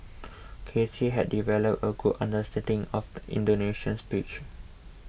K C had developed a good understanding of the Indonesian psyche